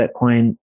Bitcoin